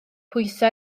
pwyso